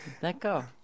D'accord